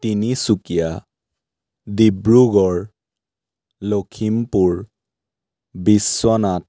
Tinsukia Dibrugarh Lakhimpur Biswanath